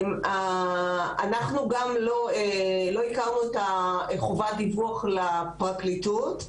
אנחנו גם לא הכרנו את חובת הדיווח לפרקליטות.